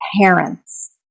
parents